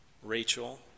Rachel